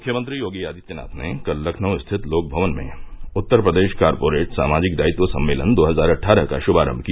मुख्यमंत्री योगी आदित्यनाथ ने कल लखनऊ स्थित लोकमवन में उत्तर प्रदेश कारपोरेट सामाजिक दायित्व सम्मेलन दो हजार अट्ठारह का श्मारम्म किया